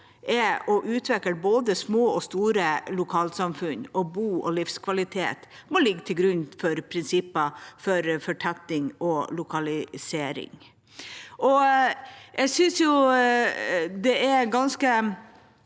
er å utvikle både små og store lokalsamfunn. Bo- og livskvalitet må ligge til grunn for prinsipper for fortetting og lokalisering. Jeg synes det er ganske